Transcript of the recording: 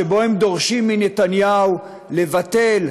שבו הם דורשים מנתניהו לבטל,